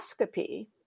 endoscopy